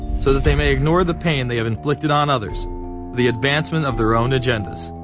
so that they may ignore the pain they have inflicted on others the advancement of their own agendas.